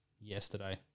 yesterday